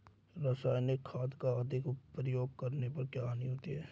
रासायनिक खाद का अधिक प्रयोग करने पर क्या हानि होती है?